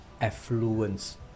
affluence